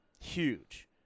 Huge